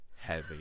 Heavy